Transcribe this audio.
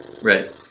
Right